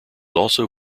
also